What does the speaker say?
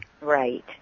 Right